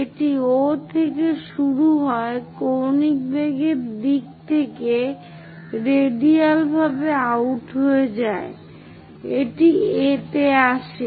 এটি O থেকে শুরু হয়ে কৌণিক বেগের দিক থেকে রেডিয়াল ভাবে আউট হয়ে যায় এটি A তে আসে